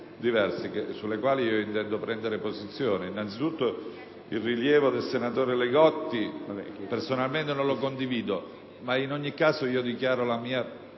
diversi sulle quali intendo prendere posizione. Innanzi tutto, il rilievo del senatore Li Gotti personalmente non lo condivido, ma, in ogni caso, dichiaro la mia totale